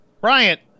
Bryant